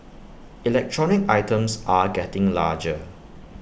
electronic items are getting larger